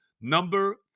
Number